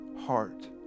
heart